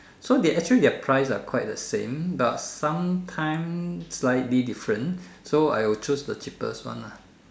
so they actually they are price are quite the same but sometime slightly different so I will choose the cheapest one ah